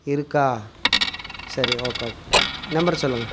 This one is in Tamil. இருக்கா சரி நம்பரு சொல்லுங்கள்